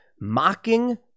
Mocking